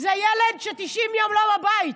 זה ילד שכבר 90 ימים לא בבית,